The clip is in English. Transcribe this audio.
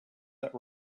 that